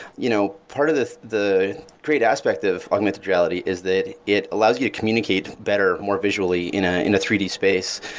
you know part of the great aspect of augmented reality is that it allows you to communicate better more visually in ah in a three d space.